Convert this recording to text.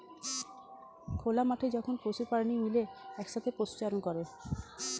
খোলা মাঠে যখন পশু প্রাণী মিলে একসাথে পশুচারণ করে